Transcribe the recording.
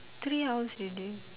three hours already